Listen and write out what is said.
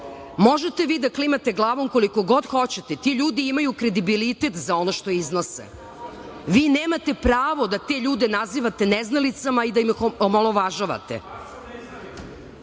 Možete vi da klimate glavom koliko god hoćete, ti ljudi imaju kredibilitet za ono što iznose. Vi nemate pravo da te ljude nazivate neznalicama i da ih omalovažavate. Ti